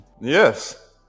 Yes